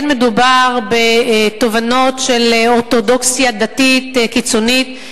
אין מדובר בתובנות של אורתודוקסיה דתית-קיצונית,